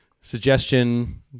suggestion